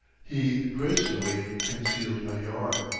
he gracefully concealed a yawn.